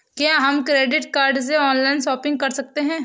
क्या हम credit card से ऑनलाइन शॉपिंग कर सकते हैं?